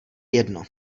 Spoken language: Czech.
jedno